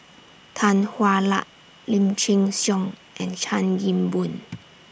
Tan Hwa Luck Lim Chin Siong and Chan Kim Boon